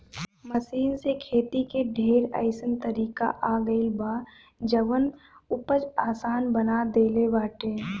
machine से खेती के ढेर अइसन तरीका आ गइल बा जवन उपज आसान बना देले बाटे